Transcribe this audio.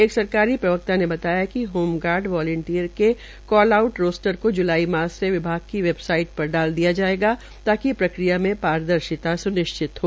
एक सरकारी प्रवक्ता ने बताया कि होमगार्ड वांलटियरके कॉल आऊब् रोस्टर को ज्लाई मास से विभाग की वेबसाइट पर डाल दिया जायेगा ताकि प्रक्रिया में पारदर्शिता स्निश्चित हो